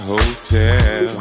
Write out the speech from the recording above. Hotel